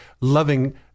loving